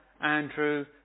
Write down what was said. Andrew